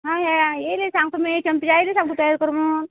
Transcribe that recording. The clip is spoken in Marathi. हा येईले सांगतो मी चंपीच्या आईला सांगतो तयारी कर म्हनून